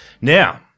Now